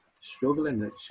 struggling